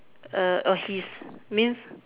err oh he's means